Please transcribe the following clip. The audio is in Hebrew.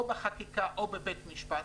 או בחקיקה או בבית משפט,